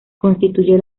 constituye